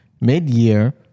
mid-year